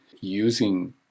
using